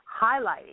highlighting